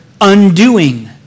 undoing